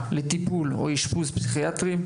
לטיפול או אשפוז פסיכיאטרי,